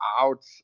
out